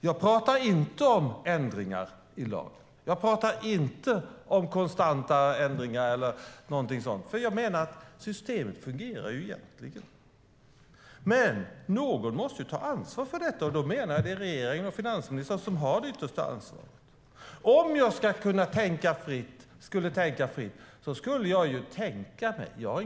Jag pratar inte om ändringar i lag. Jag pratar inte om konstanta ändringar eller någonting sådant. För jag menar att systemet egentligen fungerar. Men någon måste ta ansvar för detta, och då menar jag att det är regeringen och finansministern som har det yttersta ansvaret. Jag kan tänka fritt. Jag har inget ansvar för vad Skatteverket gör.